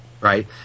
Right